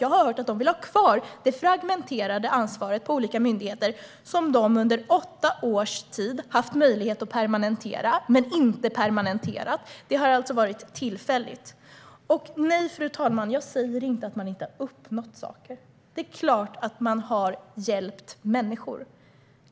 Jag har hört att de vill ha kvar det fragmenterade ansvar på olika myndigheter som de under åtta års tid har haft möjlighet att permanenta men inte har permanentat. Det har alltså varit tillfälligt. Nej, fru talman, jag säger inte att man inte har uppnått saker. Det är klart att man har hjälpt människor.